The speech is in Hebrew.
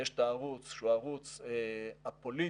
ויש את הערוץ שהוא ערוץ א-פוליטי,